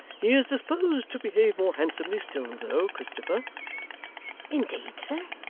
he is disposed to behave more handsomely still, though, christopher indeed, sir!